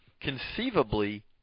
conceivably